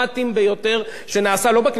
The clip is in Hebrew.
בארבע או בחמש הכנסות האחרונות.